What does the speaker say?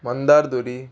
मंदार दुरी